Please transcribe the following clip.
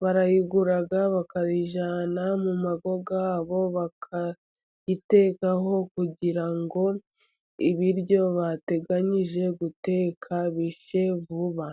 barayigura bakayijyana mu ngo zabo, bakayitekaho kugira ngo ibiryo bateganyije guteka bishye vuba.